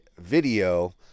video